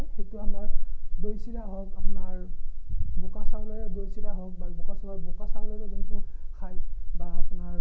সেইটো আমাৰ দৈ চিৰা হওক আপোনাৰ বোকা চাউলেৰে দৈ চিৰা হওক বা বোকা চাউলৰ বোকা চাউলেৰে যোনটো খায় বা আপোনাৰ